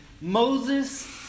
Moses